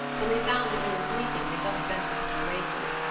when they found that you were sleeping they thought it best not to awake you.